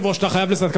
אתה חייב לסיים.